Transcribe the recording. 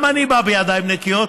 גם אני בא בידיים נקיות,